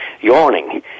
yawning